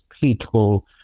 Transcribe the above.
people